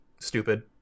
stupid